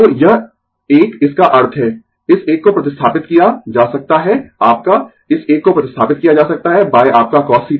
तो यह एक इसका अर्थ है इस एक को प्रतिस्थापित किया जा सकता है आपका इस एक को प्रतिस्थापित किया जा सकता है आपका cos θ